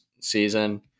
season